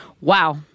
Wow